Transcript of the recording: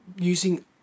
using